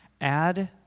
Add